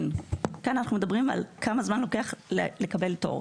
כאן אנחנו מדברים על כמה זמן לוקח לקבל תור.